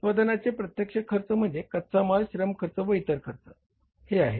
उत्पादनाचे प्रत्यक्ष खर्च म्हणजे कच्चा माल श्रम खर्च व ईतर खर्च हे आहेत